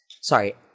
Sorry